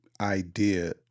idea